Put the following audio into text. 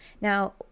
Now